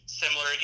similar